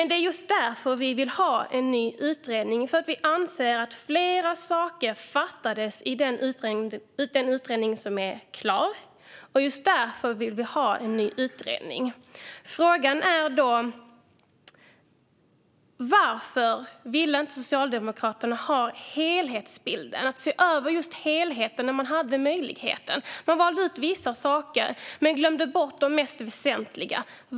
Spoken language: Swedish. Det är just därför vi vill ha en ny utredning eftersom vi anser att flera saker fattades i den utredning som är klar. Just därför vill vi ha en ny utredning. Varför ville inte Socialdemokraterna se helhetsbilden, se över helheten, när möjligheten fanns? Man valde ut vissa saker men glömde bort de mest väsentliga.